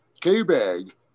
K-Bag